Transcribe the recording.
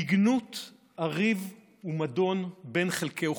בגנות הריב והמדון בין חלקי אוכלוסייה,